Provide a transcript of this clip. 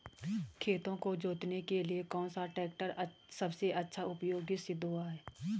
खेतों को जोतने के लिए कौन सा टैक्टर सबसे अच्छा उपयोगी सिद्ध हुआ है?